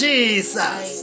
Jesus